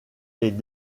les